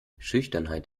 schüchternheit